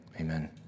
Amen